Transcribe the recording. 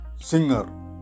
Singer